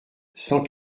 cent